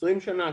20 שנה?